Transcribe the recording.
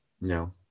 No